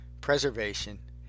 preservation